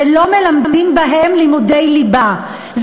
ולא מלמדים בהם לימודי ליבה.